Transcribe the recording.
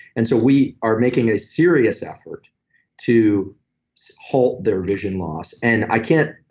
and so we are making a serious effort to halt their vision loss, and i can't.